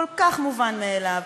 כל כך מובן מאליו,